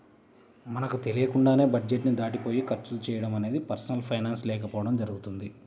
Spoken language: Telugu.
మనకు తెలియకుండానే బడ్జెట్ ని దాటిపోయి ఖర్చులు చేయడం అనేది పర్సనల్ ఫైనాన్స్ లేకపోవడం జరుగుతుంది